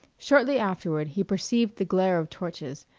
shortly afterward he perceived the glare of torches,